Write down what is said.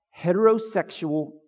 heterosexual